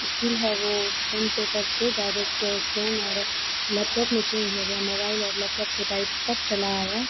skill है वह pen paper से डायरेक्ट फ़ोन और लैपटॉप में चेन्ज हो गया मोबाइल और लैपटॉप के टाइप पर चला आया